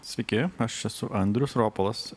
sveiki aš esu andrius ropolas